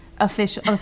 official